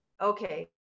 okay